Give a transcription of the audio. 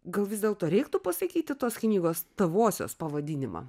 gal vis dėlto reiktų pasakyti tos knygos tavosios pavadinimą